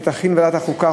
שוועדת החוקה,